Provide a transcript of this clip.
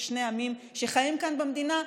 של שני העמים שחיים כאן במדינה,